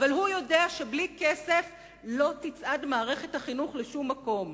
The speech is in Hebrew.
אבל הוא יודע שבלי כסף לא תצעד מערכת החינוך לשום מקום.